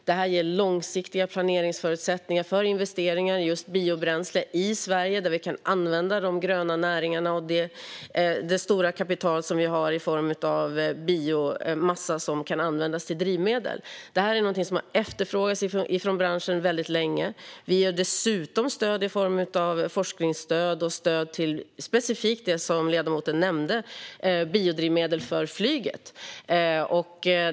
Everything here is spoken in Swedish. Det här ger långsiktiga planeringsförutsättningar för investeringar i just biobränsle i Sverige, där vi kan använda de gröna näringarna och det stora kapital som vi har i form av biomassa som kan användas till drivmedel. Det här är någonting som har efterfrågats från branschen väldigt länge. Vi ger dessutom forskningsstöd och stöd till specifikt det som ledamoten nämnde, nämligen biodrivmedel för flyget.